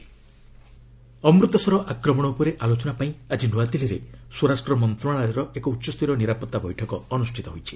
NIA Amritsar Amritsar ଆକ୍ରମଣ ଉପରେ ଆଲୋଚନା ପାଇଁ ଆଜି ନ୍ତଆଦିଲ୍ଲୀରେ ସ୍ୱରାଷ୍ଟ୍ର ମନ୍ତ୍ରଣାଳୟର ଏକ ଉଚ୍ଚସ୍ତରୀୟ ନିରାପତ୍ତା ବୈଠକ ଅନ୍ଦୁଷ୍ଠିତ ହୋଇଛି